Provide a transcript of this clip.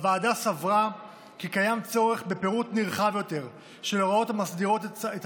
הוועדה סברה כי קיים צורך בפירוט רחב יותר של ההוראות המסדירות את